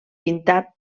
pintat